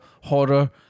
horror